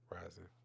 Rising